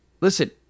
listen